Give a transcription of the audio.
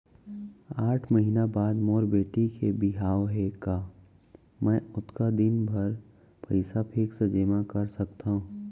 आठ महीना बाद मोर बेटी के बिहाव हे का मैं ओतका दिन भर पइसा फिक्स जेमा कर सकथव?